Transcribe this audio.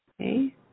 okay